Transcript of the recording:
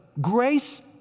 grace